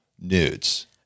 nudes